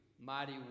mighty